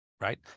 Right